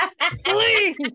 please